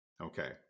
Okay